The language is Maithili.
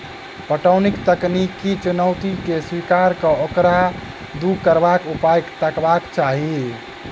पटौनीक तकनीकी चुनौती के स्वीकार क ओकरा दूर करबाक उपाय तकबाक चाही